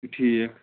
ٹھیٖک